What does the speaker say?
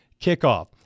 kickoff